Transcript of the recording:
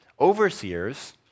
Overseers